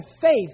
faith